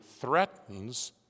threatens